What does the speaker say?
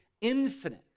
infinite